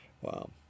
Wow